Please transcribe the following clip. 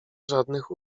żadnych